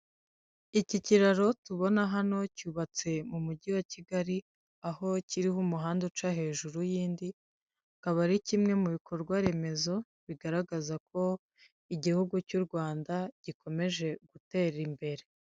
Iki kiraro tubona hano cyubatse mu mujyi wa Kigali aho kiriho umuhanda uca hejuru y'indi, akaba ari kimwe mu bikorwa remezo bigaragaza ko igihugu cy'u Rwanda gikomeje gutera imbere.